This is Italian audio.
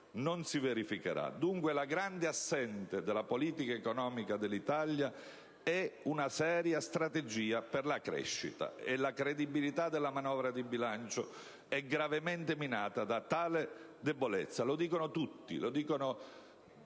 non si verificherà. Dunque, la grande assente della politica economica dell'Italia è una seria strategia per la crescita e la credibilità della manovra di bilancio è gravemente minata da tale debolezza. Lo dicono tutti: le organizzazioni